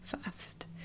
first